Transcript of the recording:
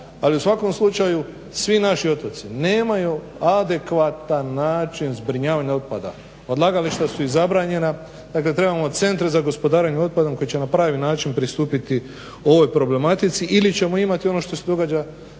Ali u svakom slučaju svi naši otoci nemaju adekvatan način zbrinjavanja otpada. Odlagališta su zabranjena, dakle trebamo centre za gospodarenje otpadom koji će na pravilan način pristupiti ovoj problematici ili ćemo imati ono što se događa